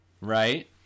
Right